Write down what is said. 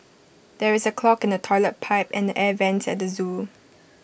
there is A clog in the Toilet Pipe and the air Vents at the Zoo